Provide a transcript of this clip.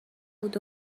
بود